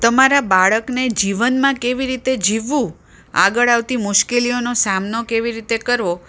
તમારા બાળકને જીવનમાં કેવી રીતે જીવવું આગળ આવતી મુશ્કેલીઓનો સામનો કેવી રીતે કરવો